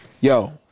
Yo